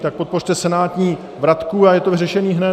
Tak podpořte senátní vratku a je to vyřešené hned.